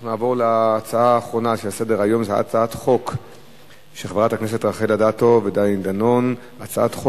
אני קובע שהצעת חוק הבחירות (דרכי תעמולה) (תיקון מס' 28),